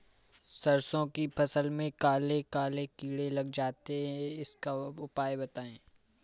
सरसो की फसल में काले काले कीड़े लग जाते इसका उपाय बताएं?